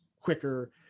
quicker